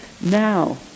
now